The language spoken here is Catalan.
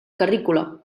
carrícola